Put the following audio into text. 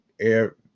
air